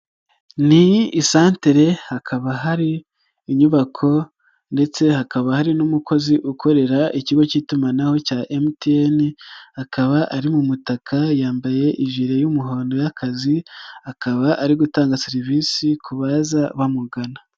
Ni isantere, hakaba hari inyubako ndetse hakaba hari n'umukozi ukorera ikigo cy'itumanaho cya MTN, akaba ari mu mutaka yambaye ivi y'umuhondo y'akazi, akaba ari gutanga serivisi ku baza bamugana.